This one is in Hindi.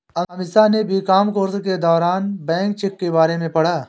अमीषा ने बी.कॉम कोर्स के दौरान बैंक चेक के बारे में पढ़ा